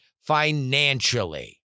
financially